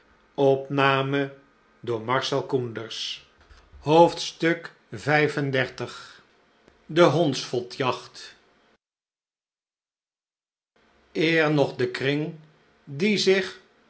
verlosserxxxv de hondsvot jacht eer nog de kring die zich